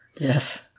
Yes